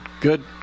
good